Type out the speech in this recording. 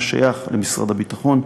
השייך למשרד הביטחון.